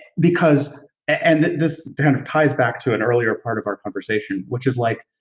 because, and this kind of ties back to an earlier part of our conversation, which is like,